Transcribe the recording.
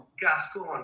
Gascon